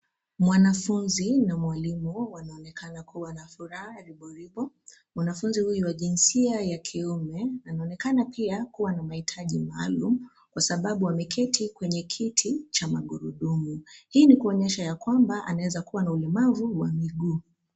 Mwanafunzi na mwalimu wanaonekana kuwa na furaha riboribo, mwanafunzi huyu wa jinsia ya kiume anaonekana pia kuwa na mahitaji maalum, kwa sababu ameketi kwenye kiti cha magurudumu, hii ni kuonyesha ya kwamba anaweza kuwa na ulemavu wa miguu.